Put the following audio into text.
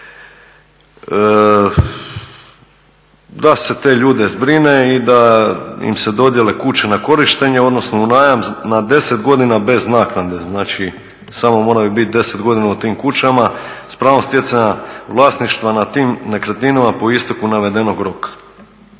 da se te ljude zbrine i da im se dodijele kuće na korištenje, odnosno u najam na 10 godina bez naknade, znači samo moraju biti 10 godina u tim kućama s pravom stjecanja vlasništva nad tim nekretninama po isteku navedenog roka.